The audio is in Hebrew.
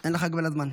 אין לך הגבלת זמן.